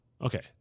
okay